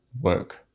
work